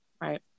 right